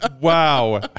Wow